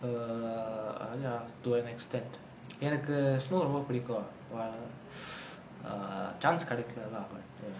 err ya to an extent எனக்கு:enakku snow ரொம்ப புடிக்கும்:romba pudikkum err chance கடைக்கல:kadaikkala lah ya